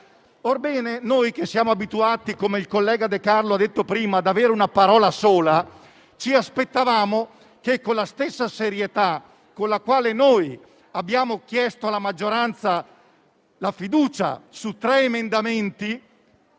Orbene, poiché, come il collega De Carlo ha detto prima, siamo abituati ad avere una parola sola, ci aspettavamo che, con la stessa serietà con la quale abbiamo chiesto alla maggioranza la fiducia su tre emendamenti,